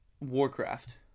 Warcraft